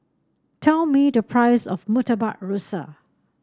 tell me the price of Murtabak Rusa